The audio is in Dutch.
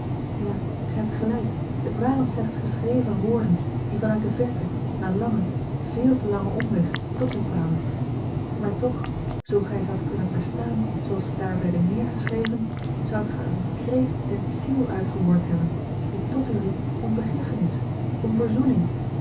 ja gij hebt gelijk het waren slechts geschreven woorden die van uit de verte na langen véél te langen omweg tot u kwamen maar toch zoo gij ze hadt kunnen verstaan zooals ze daar werden neergeschreven zoudt gij er een kreet der ziel uit gehoord hebben die tot u riep om vergiffenis om verzoening